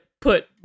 put